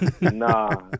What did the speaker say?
Nah